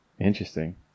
Interesting